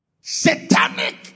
Satanic